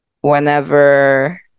whenever